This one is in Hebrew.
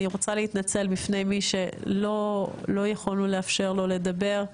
אני רוצה להתנצל בפני מי שלא יכולנו לאפשר לו לדבר,